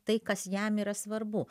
tai kas jam yra svarbu